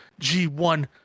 g1